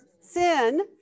sin